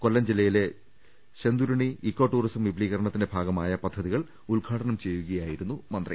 കൊല്ലം ജില്ലയിലെ Shenduruny eco tourism വിപുലീകരണ ത്തിന്റെ ഭാഗമായ പദ്ധതികൾ ഉദ്ഘാടനം ചെയ്യുകയായിരുന്നു മന്ത്രി